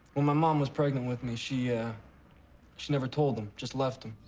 when my mom was pregnant with me, she ah she never told him. just left him.